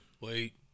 Wait